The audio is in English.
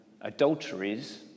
adulteries